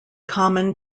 common